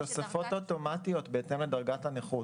תוספות אוטומטיות בהתאם לדרגת הנכות.